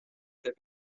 fait